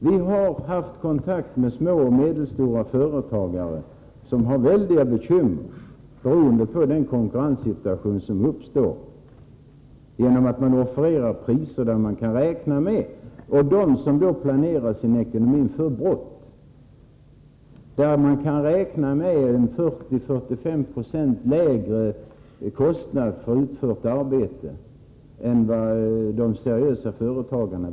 Vi har haft kontakt med små och medelstora företagare som har väldiga bekymmer beroende på den konkurrenssituation som uppstår genom dem som planerar sin ekonomi för brott, då man kan räkna med 40-45 96 lägre kostnader för utfört arbete än när det gäller de seriösa företagarna.